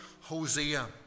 Hosea